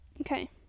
Okay